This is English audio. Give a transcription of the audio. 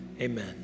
amen